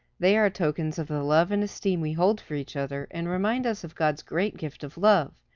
they are tokens of the love and esteem we hold for each other, and remind us of god's great gift of love,